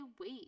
wait